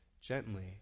gently